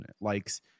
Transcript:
likes